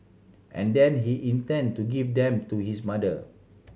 and then he intend to give them to his mother